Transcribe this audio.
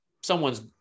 someone's